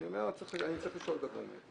אני צריך לשאול בדברים האלה.